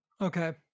Okay